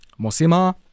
Mosima